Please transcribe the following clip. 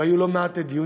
והיו לא מעט דיונים,